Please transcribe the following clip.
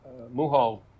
Muhal